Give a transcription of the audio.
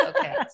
Okay